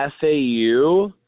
FAU